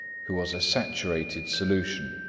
who was a saturated solution.